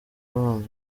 abanza